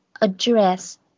Address